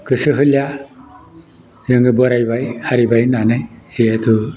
गोसो होलिया जोङो बोरायबाय आरिबाय होननानै जिहेतु